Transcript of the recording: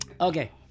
Okay